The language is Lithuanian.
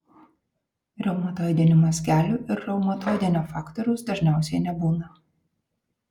reumatoidinių mazgelių ir reumatoidinio faktoriaus dažniausiai nebūna